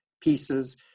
pieces